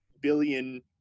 billion